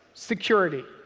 security.